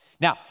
Now